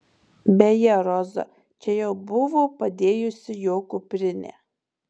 beje roza čia jau buvo padėjusi jo kuprinę